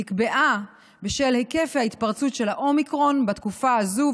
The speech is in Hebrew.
נקבעה בשל היקף ההתפרצות של האומיקרון בתקופה הזאת,